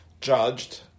judged